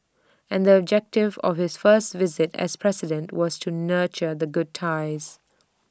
and the objective of his first visit as president was to nurture the good ties